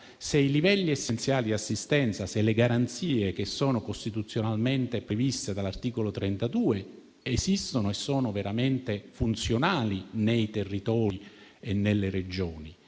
se i livelli essenziali di assistenza e le garanzie costituzionalmente previste dall'articolo 32 esistono e sono davvero funzionali nei territori e nelle Regioni.